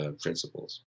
principles